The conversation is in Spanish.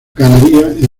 ganaría